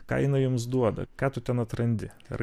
ką jinai jums duoda ką tu ten atrandi ar